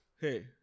Hey